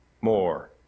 more